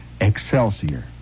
Excelsior